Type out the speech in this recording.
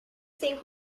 think